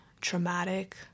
traumatic